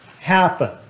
happen